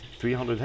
300